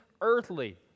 earthly